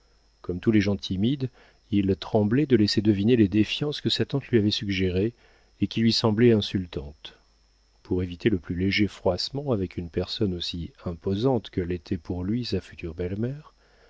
comme tous les gens timides il tremblait de laisser deviner les défiances que sa tante lui avait suggérées et qui lui semblaient insultantes pour éviter le plus léger froissement avec une personne aussi imposante que l'était pour lui sa future belle-mère